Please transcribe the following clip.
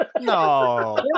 No